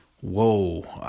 Whoa